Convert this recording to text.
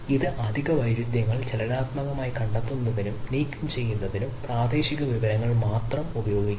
ഇത് അധിക വൈരുദ്ധ്യങ്ങൾ ചലനാത്മകമായി കണ്ടെത്തുന്നതിനും നീക്കംചെയ്യുന്നതിനും പ്രാദേശിക വിവരങ്ങൾ മാത്രം ഉപയോഗിക്കുന്നു